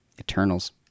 Eternals